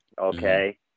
okay